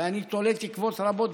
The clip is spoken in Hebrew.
ואני תולה בך תקוות רבות.